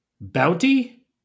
Bounty